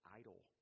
idle